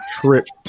tripped